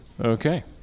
Okay